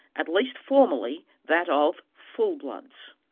at least formally, that of full-bloods.